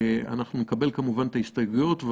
אנחנו נקבל, כמובן, את ההסתייגויות.